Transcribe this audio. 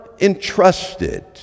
entrusted